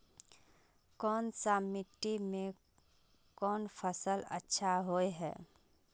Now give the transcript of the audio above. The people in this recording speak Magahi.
कोन सा मिट्टी में कोन फसल अच्छा होय है?